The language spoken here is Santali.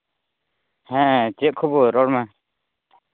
ᱦᱮᱸ ᱪᱮᱫ ᱠᱷᱚᱵᱚᱨ ᱨᱚᱲ ᱢᱮ